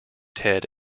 ted